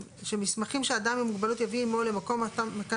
שמסמכים שאדם עם מוגבלות יביא עמו למקום מתן השירות,